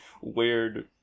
weird